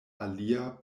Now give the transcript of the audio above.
alia